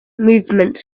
movement